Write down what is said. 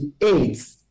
aids